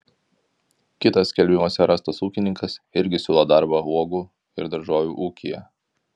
kitas skelbimuose rastas ūkininkas irgi siūlo darbą uogų ir daržovių ūkyje